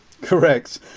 Correct